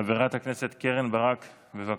חברת הכנסת קרן ברק, בבקשה.